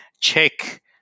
check